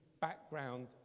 background